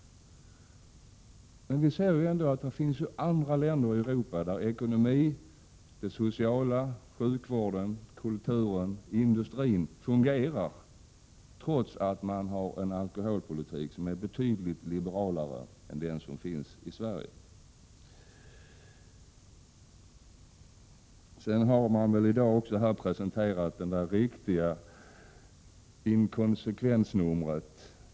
Vi ser ändå att det finns andra länder i Europa där ekonomin, det sociala, sjukvården, kulturen och industrin fungerar, trots att man har en alkoholpolitik som är betydligt liberalare än den som tillämpas i Sverige. I dag har man också presenterat det riktiga inkonsekvensnumret.